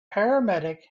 paramedic